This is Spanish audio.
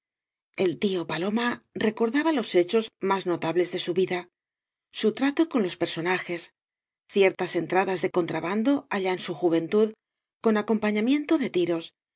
el tío paloma recordaba los hechos más notables de su vida su trato con los personajes ciertas entradas de contrabando allá en su juventud con acompañamiento de tiros